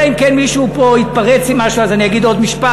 אלא אם כן מישהו פה יתפרץ עם משהו ואז אני אגיד עוד משפט,